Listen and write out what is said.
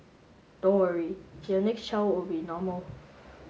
don't worry your next child will be normal